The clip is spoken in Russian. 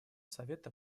совета